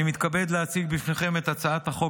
אני מתכבד להציג בפניכם את הצעת חוק